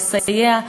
לסייע,